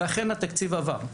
ואכן התקציב עבר.